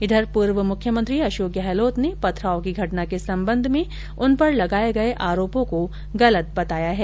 इधर पूर्व मुख्यमंत्री अशोक गहलोत ने पथराव की घटना के संबंध में उन पर लगाये गये आरोपोर्ट को गलत बताया है